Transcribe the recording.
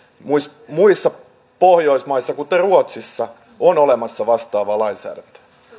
muissa muissa pohjoismaissa kuten ruotsissa on olemassa vastaava lainsäädäntö sitten